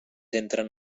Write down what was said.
entren